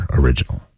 original